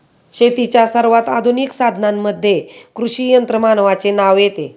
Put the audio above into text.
शेतीच्या सर्वात आधुनिक साधनांमध्ये कृषी यंत्रमानवाचे नाव येते